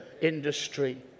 industry